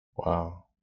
Wow